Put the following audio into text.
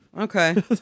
Okay